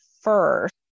first